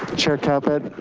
chair caput?